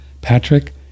Patrick